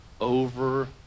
over